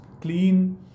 clean